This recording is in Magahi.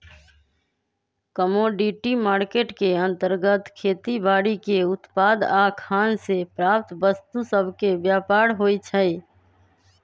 कमोडिटी मार्केट के अंतर्गत खेती बाड़ीके उत्पाद आऽ खान से प्राप्त वस्तु सभके व्यापार होइ छइ